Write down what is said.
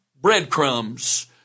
breadcrumbs